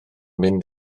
mynd